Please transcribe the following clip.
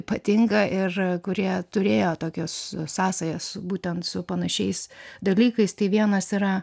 patinka ir kurie turėjo tokias sąsajas būtent su panašiais dalykais tai vienas yra